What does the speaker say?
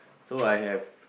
so I have